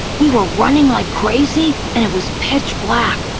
we were running like crazy, and it was pitch black,